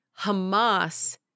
Hamas